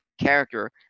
character